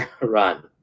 run